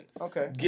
Okay